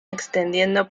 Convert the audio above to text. extendiendo